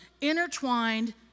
intertwined